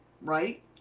Right